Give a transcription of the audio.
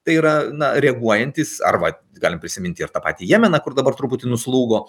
tai yra na reaguojantys arba galim prisiminti ir tą patį jemeną kur dabar truputį nuslūgo